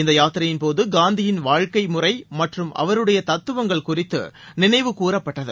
இந்த யாத்திரையின் போது காந்தியின் வாழ்க்கை முறை மற்றும் அவருடைய தத்துவங்கள் குறித்து நினைவுகூறப்பட்டது